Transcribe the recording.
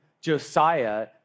Josiah